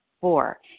Four